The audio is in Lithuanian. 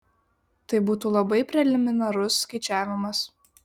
tai būtų labai preliminarus skaičiavimas